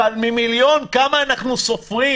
אבל ממיליון כמה אנחנו סופרים?